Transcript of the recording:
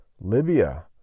Libya